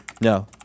No